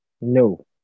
No